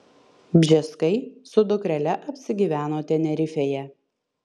bžeskai su dukrele apsigyveno tenerifėje